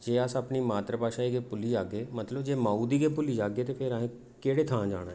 जे अस अपनी मात्तर भाशा ई गै भुल्ली जाह्गे मतलब जे माऊ गी गै भुल्ली जाह्गे ते फ्ही असें केह्ड़ी थां जाना ऐ